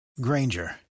Granger